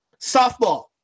Softball